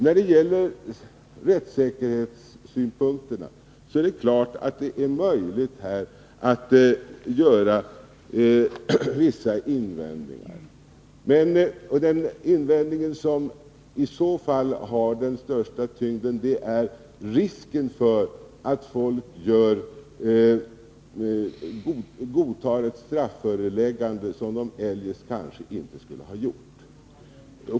När det gäller rättssäkerhetssynpunkterna är det möjligt att här göra invändning om risken för att den misstänkte för att undgå inställelse inför domstol godtar ett strafföreläggande som han kanske inte skulle ha gjort.